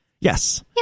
Yes